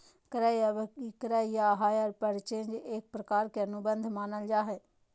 क्रय अभिक्रय या हायर परचेज एक प्रकार के अनुबंध मानल जा हय